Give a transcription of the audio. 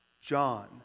John